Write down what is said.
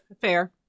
Fair